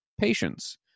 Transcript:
patience